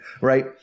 Right